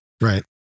right